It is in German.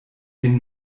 den